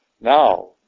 Now